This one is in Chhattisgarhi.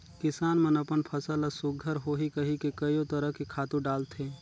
किसान मन अपन फसल ल सुग्घर होही कहिके कयो तरह के खातू डालथे